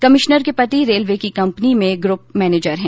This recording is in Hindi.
कमिश्नर के पति रेलवे की कंपनी में ग्रुप जनरल मैनेजर हैं